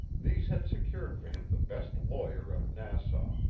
these had secured for him the best lawyer of nassau,